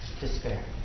despair